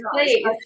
please